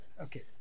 Okay